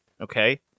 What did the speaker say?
Okay